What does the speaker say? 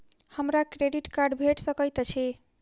हमरा credit card भेट सकैत अछि?